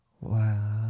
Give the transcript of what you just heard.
Wow